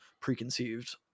preconceived